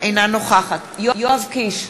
אינה נוכחת יואב קיש,